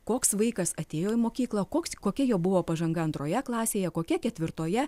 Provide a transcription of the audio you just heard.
koks vaikas atėjo į mokyklą koks kokia jo buvo pažanga antroje klasėje kokia ketvirtoje